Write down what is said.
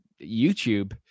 youtube